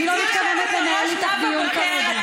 אני לא מתכוונת לנהל איתך דיון כרגע.